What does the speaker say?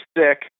sick